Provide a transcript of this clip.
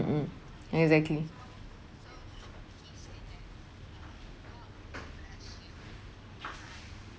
exactly